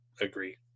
agree